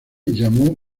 llamó